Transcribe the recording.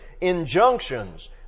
injunctions